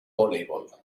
voleibol